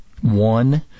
one